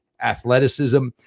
athleticism